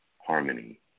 harmony